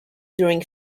during